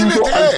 הנה, תראה.